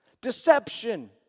deception